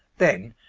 then,